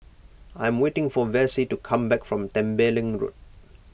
I am waiting for Vassie to come back from Tembeling Road